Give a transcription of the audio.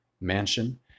mansion